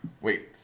Wait